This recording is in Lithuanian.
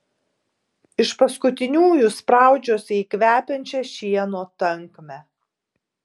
iš paskutiniųjų spraudžiuosi į kvepiančią šieno tankmę